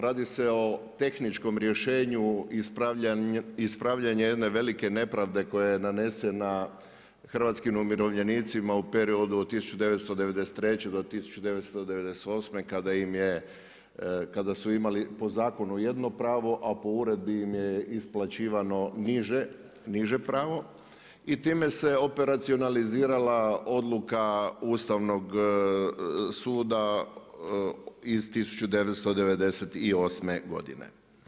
Radi se o tehničkom rješenju ispravljanje jedne velike nepravde koja je nanesena hrvatskim umirovljenicima u periodu od 1993. do 1998. kada su imali po zakonu jedno pravo, a po uredbi im je isplaćivano niže pravo i time se operacionalizirala odluka Ustavnog suda iz 1998. godine.